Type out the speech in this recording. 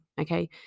okay